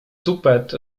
tupet